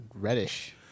reddish